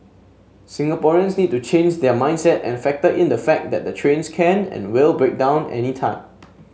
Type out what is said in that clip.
Singaporeans need to change their mindset and factor in the fact that the trains can and will break down anytime